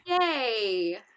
yay